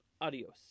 adios